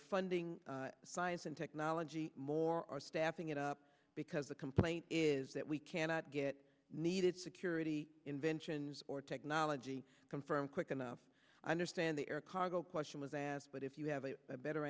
're funding science and technology more are stepping it up because the complaint is that we cannot get needed security inventions or technology come from quick enough i understand the air cargo question was asked but if you have a better